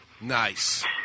nice